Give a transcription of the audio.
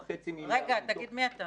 סלוביק, תגיד לציבור